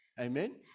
Amen